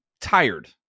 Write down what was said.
tired